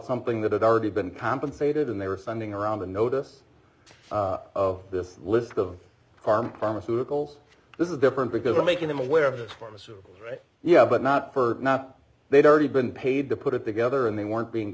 something that had already been compensated and they were sending around the notice of this list of pharm pharmaceuticals this is different because we're making them aware of this pharmacy right you know but not for not they've already been paid to put it together and they weren't being